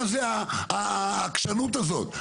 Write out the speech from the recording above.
מה זה העקשנות הזאת?